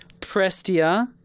Prestia